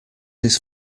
his